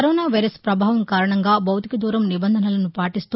corona virus పభావం కారణంగా భౌతిక దూరం నిబంధనలను పాటిస్తూ